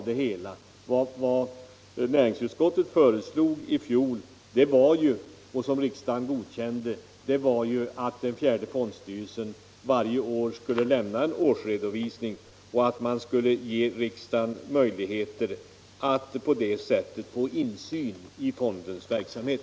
Det som näringsutskottet föreslog i fjol — och som riksdagen godkände — var ju att fjärde fondstyrelsen varje år skulle lämna en årsredovisning, att man på det sättet skulle ge riksdagen möjlighet att få insyn i fondens verksamhet.